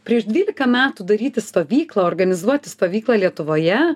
prieš dvylika metų daryti stovyklą organizuoti stovyklą lietuvoje